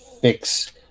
fix